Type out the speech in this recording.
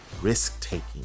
risk-taking